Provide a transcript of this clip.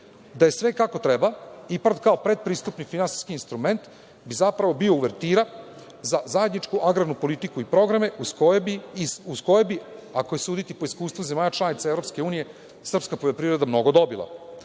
je sve kako treba, IPARD kao predpristupni finansijski instrument bi zapravo bio uvertira za zajedničku agrarnu politiku i programe, uz koje bi, ako je suditi po iskustvu zemalja članica EU, srpska poljoprivreda mnogo dobila.